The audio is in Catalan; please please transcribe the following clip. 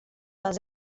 les